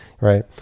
right